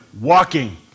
Walking